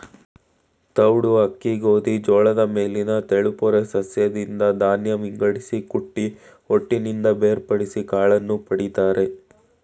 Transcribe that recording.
ತೌಡು ಅಕ್ಕಿ ಗೋಧಿ ಜೋಳದ ಮೇಲಿನ ತೆಳುಪೊರೆ ಸಸ್ಯದಿಂದ ಧಾನ್ಯ ವಿಂಗಡಿಸಿ ಕುಟ್ಟಿ ಹೊಟ್ಟಿನಿಂದ ಬೇರ್ಪಡಿಸಿ ಕಾಳನ್ನು ಪಡಿತರೆ